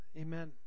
Amen